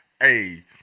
Hey